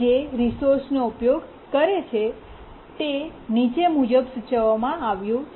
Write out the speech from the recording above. જે રિસોર્સનો ઉપયોગ કરે છે તે નીચે મુજબ સૂચવવામાં આવ્યું છે